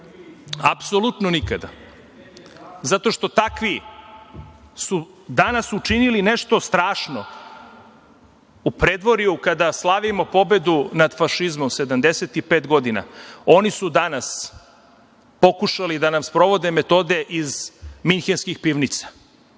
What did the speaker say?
apsolutno nikada, zato što takvi su danas učinili nešto strašno, u predvorju kada slavimo pobedu nad fašizmom, 75 godina, oni su danas pokušali da nam sprovode metode iz minhenskih pivnica,